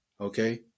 Okay